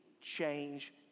change